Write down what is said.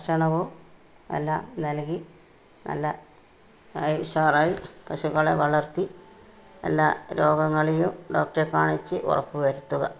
ഭക്ഷണവും എല്ലാം നല്കി നല്ല ഉഷാറായി പശുക്കളെ വളര്ത്തി എല്ലാ രോഗങ്ങളിലും ഡോക്ടറെ കാണിച്ചു ഉറപ്പു വരുത്തുക